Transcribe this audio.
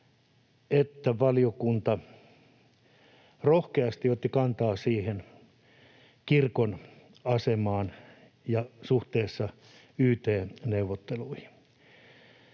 että valiokunta rohkeasti otti kantaa kirkon asemaan suhteessa yt-neuvotteluihin.